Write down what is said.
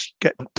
get